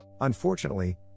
Unfortunately